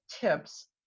tips